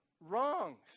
wrongs